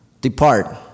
Depart